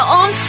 on